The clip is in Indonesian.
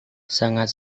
sangat